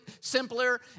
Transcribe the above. simpler